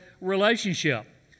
relationship